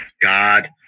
God